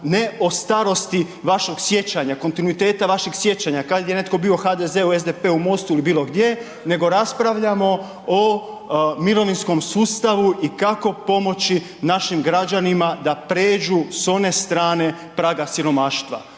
ne o starosti vašeg sjećanja, kontinuiteta vašeg sjećanja, kad je netko bio u HDZ-u, SDP-u, MOST-u ili bilo gdje, nego raspravljamo o mirovinskom sustavu i kako pomoći našim građanima da pređu s one strane praga siromaštva.